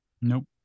Nope